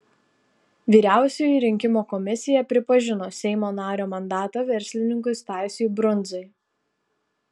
vyriausioji rinkimų komisija pripažino seimo nario mandatą verslininkui stasiui brundzai